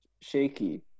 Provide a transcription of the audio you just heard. shaky